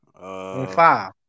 Five